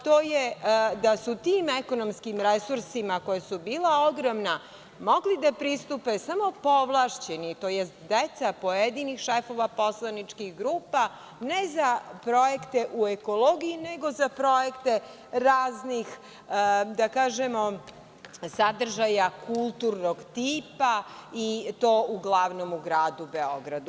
Tim ekonomskim resursima, koja su bila ogromna, mogli su da pristupe samo povlašćeni, tj. deca pojedinih šefova poslaničkih grupa, ne za projekte u ekologiji, nego za projekte raznih, da kažemo, sadržaja kulturnog tipa i to uglavnom u Gradu Beogradu.